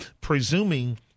presuming